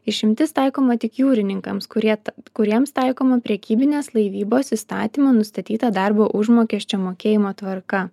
išimtis taikoma tik jūrininkams kurie kuriems taikoma prekybinės laivybos įstatymo nustatyta darbo užmokesčio mokėjimo tvarka